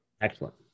Excellent